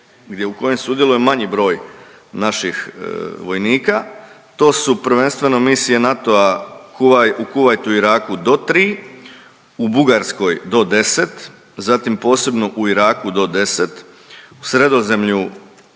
u kojim sudjeluje manji broj naših vojnika. To su prvenstveno misije NATO-a u Kuvajtu, Iraku, do 3, u Bugarskoj do 10, zatim posebno u Iraku do 10, u Sredozemlju